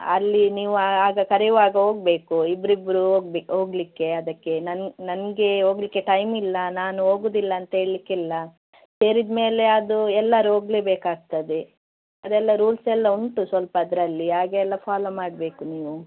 ಅಲ್ಲಿ ನೀವು ಆಗ ಕರೆಯುವಾಗ ಹೋಗ್ಬೇಕು ಇಬ್ಬಿಬ್ರು ಹೋಗ್ಬೇಕು ಹೋಗಲಿಕ್ಕೆ ಅದಕ್ಕೆ ನನಗೆ ಹೋಗಲಿಕ್ಕೆ ಟೈಮಿಲ್ಲ ನಾನು ಹೋಗೋದಿಲ್ಲ ಅಂತ ಹೇಳಲಿಕ್ಕಿಲ್ಲ ಸೇರಿದ ಮೇಲೆ ಅದು ಎಲ್ಲರೂ ಹೋಗಲೇಬೇಕಾಗ್ತದೆ ಅದೆಲ್ಲ ರೂಲ್ಸೆಲ್ಲ ಉಂಟು ಸ್ವಲ್ಪ ಅದರಲ್ಲಿ ಹಾಗೆಲ್ಲ ಫಾಲೋ ಮಾಡಬೇಕು ನೀವು